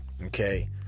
Okay